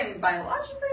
biologically